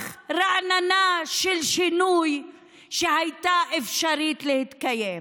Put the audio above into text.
רעננה של שינוי שהייתה אפשרות שתתקיים.